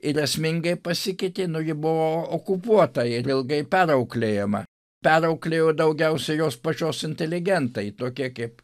ir esmingai pasikeitė nu ji buvo okupuota ir ilgai perauklėjama perauklėjo daugiausiai jos pačios inteligentai tokie kaip